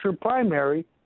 primary